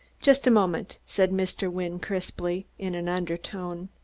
just a moment, said mr. wynne crisply, in an undertone.